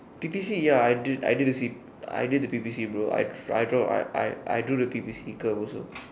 P_P_C ya I did I did the P I did the P_P_C bro I I draw I I I drew the P_P_C curve also